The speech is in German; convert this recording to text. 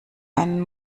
einen